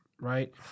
right